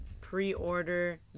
pre-order